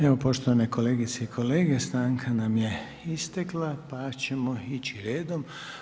Evo poštovane kolegice i kolege, stanka nam je istekla pa ćemo ići redom.